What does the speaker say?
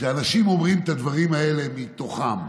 כשאנשים אומרים את הדברים האלה מתוכם,